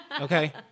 okay